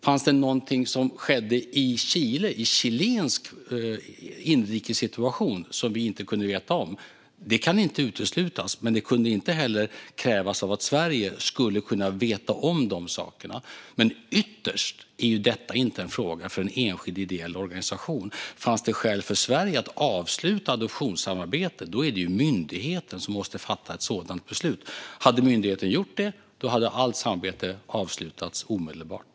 Fanns det någonting som skedde i Chile, i en chilensk inrikessituation, som vi inte kunde veta om? Det kan inte uteslutas, men det kunde inte heller krävas att Sverige skulle veta om de sakerna. Men ytterst är detta inte en fråga för en enskild ideell organisation. Finns det skäl för Sverige att avsluta adoptionssamarbetet är det ju myndigheten som måste fatta ett sådant beslut. Om myndigheten hade gjort det hade allt samarbete avslutats omedelbart.